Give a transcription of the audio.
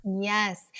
Yes